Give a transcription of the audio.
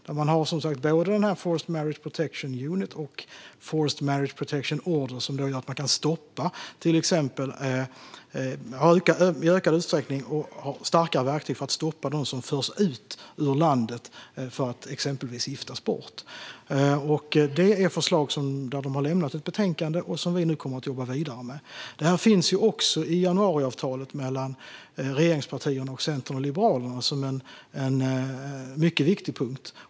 Där har man både Forced Marriage Unit och forced marriage protection order, som ger starkare verktyg för att i högre utsträckning stoppa att personer förs ut ur landet för att exempelvis giftas bort. Det är förslag där det har lämnats ett betänkande som vi nu kommer att jobba vidare med. Detta finns i januariavtalet mellan regeringspartierna och Centern och Liberalerna som en mycket viktig punkt.